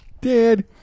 dad